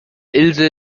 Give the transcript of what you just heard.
ilse